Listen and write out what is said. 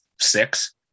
six